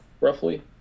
roughly